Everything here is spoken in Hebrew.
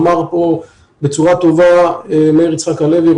אמר כאן בצורה טובה מאיר יצחק הלוי,